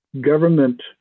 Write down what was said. government